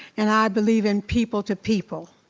and i believe in people to people.